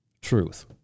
truth